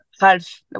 half